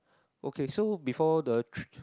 okay so before the tr~